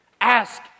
Ask